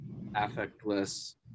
affectless